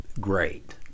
great